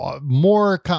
more